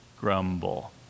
grumble